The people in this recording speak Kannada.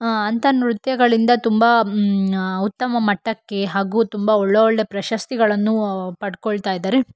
ಅಂಥ ನೃತ್ಯಗಳಿಂದ ತುಂಬ ಉತ್ತಮ ಮಟ್ಟಕ್ಕೆ ಹಾಗೂ ತುಂಬ ಒಳ್ಳೊಳ್ಳೆಯ ಪ್ರಶಸ್ತಿಗಳನ್ನು ಪಡ್ಕೊಳ್ತಾ ಇದ್ದಾರೆ